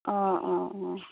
অঁ অঁ অঁ